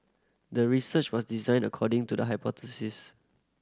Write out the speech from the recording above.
the research was designed according to the hypothesis